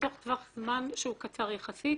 בתוך טווח זמן שהוא קצר יחסית.